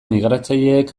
migratzaileek